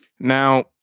Now